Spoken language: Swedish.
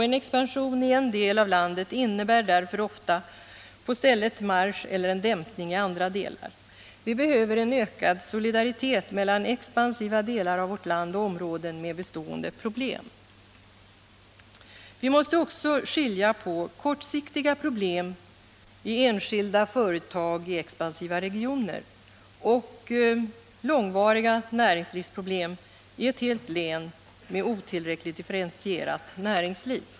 En expansion i en del av landet innebär därför ofta i andra delar på stället marsch eller en dämpning. Vi behöver en bättre solidaritet mellan expansiva delar av vårt land och områden med bestående problem. Vi måste också skilja på kortsiktiga problem i enskilda företag i expansiva regioner och långvariga näringslivsproblem i ett helt län med otillräckligt differentierat näringsliv.